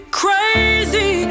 crazy